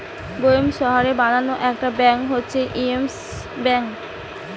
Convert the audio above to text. বোম্বের শহরে বানানো একটি ব্যাঙ্ক হচ্ছে ইয়েস ব্যাঙ্ক